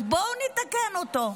אז בואו נתקן אותו.